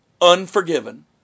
unforgiven